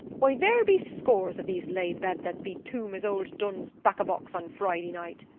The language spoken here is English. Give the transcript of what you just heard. why, there be scores of these lay-beds that be toom as old dun's bacca-box on friday night.